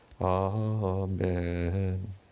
amen